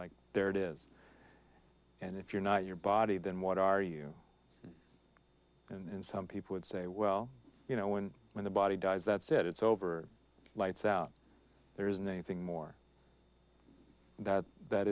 like there it is and if you're not your body then what are you and some people would say well you know when when the body dies that said it's over lights out there isn't a thing more that that